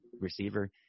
receiver